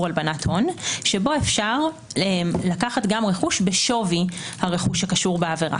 הלבנת הון שבו אפשר לקחת גם רכוש בשווי הרכוש שקשור העבירה